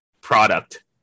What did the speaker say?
product